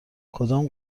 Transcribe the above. کدام